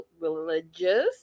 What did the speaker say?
religious